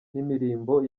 n’imirimbo